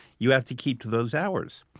you have to keep to those hours.